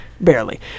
Barely